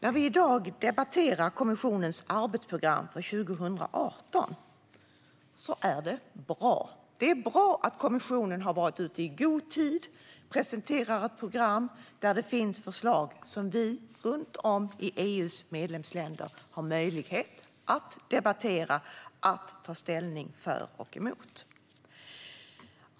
När vi i dag debatterar kommissionens arbetsprogram för 2018 är det bra att kommissionen har varit ute i god tid med att presentera ett program där det finns förslag som vi runt om i EU:s medlemsländer har möjlighet att debattera och sedan ta ställning för eller emot.